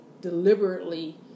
deliberately